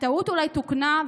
הטעות אולי תוקנה,